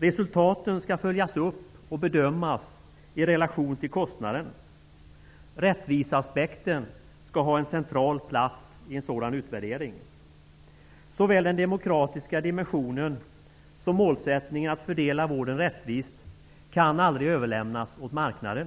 Resultaten skall följas upp och bedömas i relation till kostnaderna. Rättviseaspekten skall ha en central plats i en sådan utvärdering. Den demokratiska dimensionen och målsättningen att fördela vården rättvist kan aldrig överlämnas åt marknaden.